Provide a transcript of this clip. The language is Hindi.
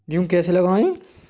गेहूँ कैसे लगाएँ?